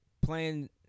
Playing